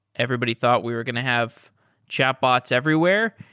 everybody thought we were going to have chat bots everywhere,